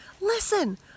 listen